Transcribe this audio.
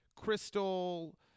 Crystal –